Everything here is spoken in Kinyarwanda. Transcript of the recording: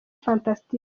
fantastic